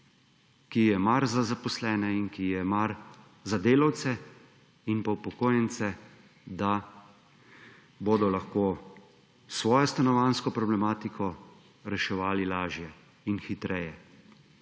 ji je mar za zaposlene in ki ji je mar za delavce in pa upokojence, da bodo lahko svojo stanovanjsko problematiko reševali lažje in hitreje.